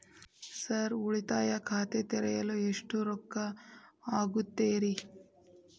Sir ಉಳಿತಾಯ ಖಾತೆ ತೆರೆಯಲು ಎಷ್ಟು ರೊಕ್ಕಾ ಆಗುತ್ತೇರಿ?